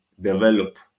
develop